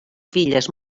filles